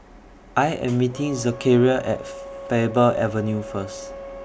I Am meeting Zechariah At Faber Avenue First